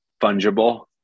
Fungible